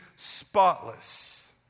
Spotless